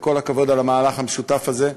כל הכבוד על המהלך המשותף הזה,